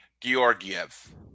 georgiev